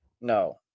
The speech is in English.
No